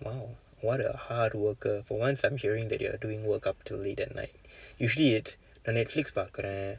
!wow! what a hard worker for once I'm hearing that you are doing work up till late at night usually it's நான்:naan Netflix பார்க்கிறேன்